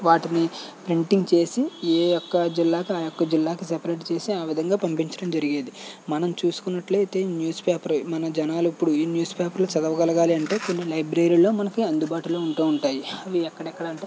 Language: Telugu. వాటిని ప్రింటింగ్ చేసి ఏ ఒక్క జిల్లాకు ఆయొక్క జిల్లాకు సపరేట్ చేసి ఆ విధంగా పంపించడం జరిగేది మనం చూసుకున్నట్లు అయితే న్యూస్పేపర్ మన జనాలు ఇప్పుడు ఈ న్యూస్పేపర్లో చదవగలగాలి అంటే కొన్ని లైబ్రరీలో మనకి అందుబాటులో ఉంటూ ఉంటాయి అవి ఎక్కడెక్కడ అంటే